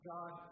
God